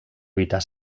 evitar